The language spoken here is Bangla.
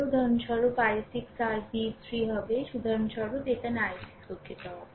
উদাহরণস্বরূপ i6 r v3 হবে উদাহরণস্বরূপ এখানে i6 দুঃখিত হবে